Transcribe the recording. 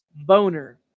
Boner